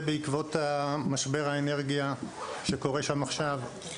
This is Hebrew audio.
בעקבות המשבר האנרגיה שקורה שם עכשיו.